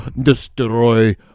destroy